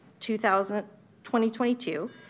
2022